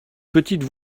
petite